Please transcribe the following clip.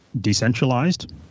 Decentralized